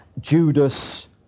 Judas